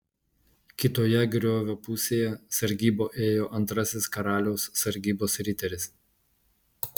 kitoje griovio pusėje sargybą ėjo antrasis karaliaus sargybos riteris